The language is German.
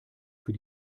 für